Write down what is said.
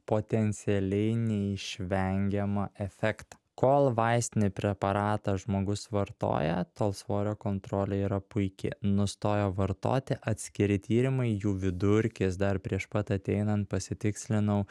potencialiai neišvengiamą efektą kol vaistinį preparatą žmogus vartoja tol svorio kontrolė yra puiki nustojo vartoti atskiri tyrimai jų vidurkis dar prieš pat ateinant pasitikslinau